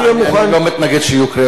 אני לא מתנגד שיהיו קריאות ביניים,